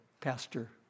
Pastor